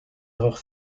erreurs